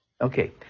Okay